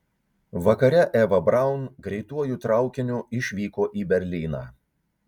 vakare eva braun greituoju traukiniu išvyko į berlyną